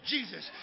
Jesus